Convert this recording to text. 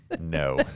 No